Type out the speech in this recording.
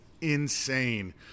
insane